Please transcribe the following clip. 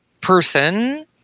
person